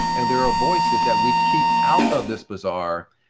and there are voices that we keep out of this bazaar,